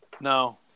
No